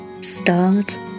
Start